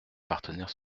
partenaires